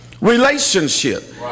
relationship